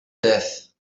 death